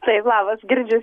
taip labas girdžiu